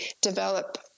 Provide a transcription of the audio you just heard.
develop